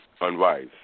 unwise